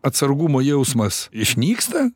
atsargumo jausmas išnyksta